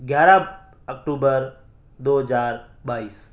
گیارہ اکٹوبر دو ہزار بائیس